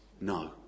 No